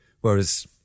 Whereas